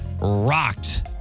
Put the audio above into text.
rocked